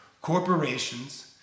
corporations